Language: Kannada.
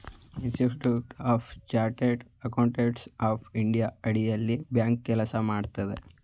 institute of chartered accountants of India ಅಡಿಯಲ್ಲಿ ಬ್ಯಾಂಕ್ ಕೆಲಸ ಮಾಡುತ್ತದೆ